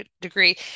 degree